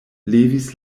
levis